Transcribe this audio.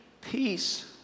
peace